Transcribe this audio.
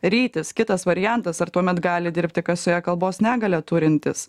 rytis kitas variantas ar tuomet gali dirbti kasoje kalbos negalią turintys